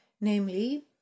namely